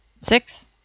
Six